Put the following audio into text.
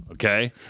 Okay